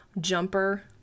jumper